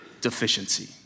deficiency